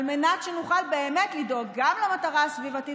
על מנת שנוכל באמת לדאוג גם למטרה הסביבתית